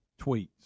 tweets